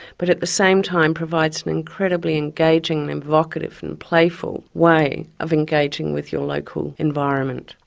but at the same time provides an incredibly engaging and evocative and playful way of engaging with your local environment.